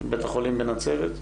לגבי ההמלצות שלכם,